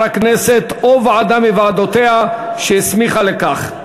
הכנסת או ועדה מוועדותיה שהסמיכה לכך.